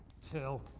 till